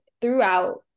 throughout